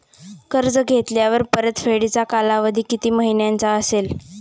कर्ज घेतल्यावर परतफेडीचा कालावधी किती महिन्यांचा असेल?